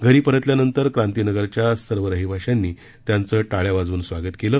घरीपरतल्या नंतर क्रांतीनगरच्या सर्व रहिवाशांनी त्यांचे टाळ्या वाजवून स्वागत केलं